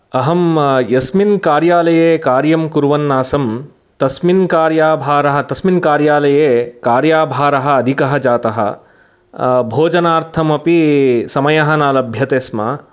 अहं यस्मिन् कार्यालये कार्यं कुर्वन् आसं तस्मिन् कार्यभारः तस्मिन् कार्यालये कार्यभारः अधिकः जातः भोजनार्थमपि समयः न लभ्यते स्म